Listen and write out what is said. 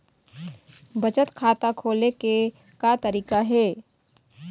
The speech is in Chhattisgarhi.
बचत खाता खोले के का तरीका हे?